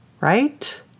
right